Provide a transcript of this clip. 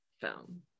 film